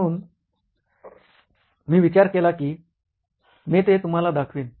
म्हणून मी विचार केला की मी ते तुम्हाला दाखवीन